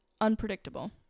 unpredictable